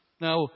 Now